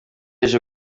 ije